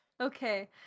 okay